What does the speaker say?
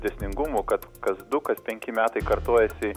dėsningumą kad kas du kas penki metai kartojasi